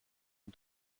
une